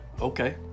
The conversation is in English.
okay